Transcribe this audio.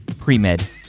Pre-Med